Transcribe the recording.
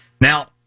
Now